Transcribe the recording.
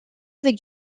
avec